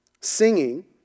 Singing